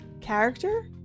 Character